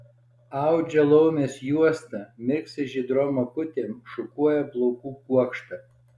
audžia laumės juostą mirksi žydrom akutėm šukuoja plaukų kuokštą